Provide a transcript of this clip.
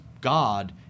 God